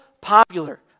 popular